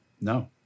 No